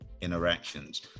interactions